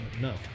No